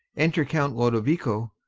enter count lodovico,